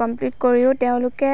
complete কৰিও তেওঁলোকে